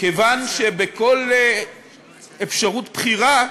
כיוון שבכל אפשרות בחירה,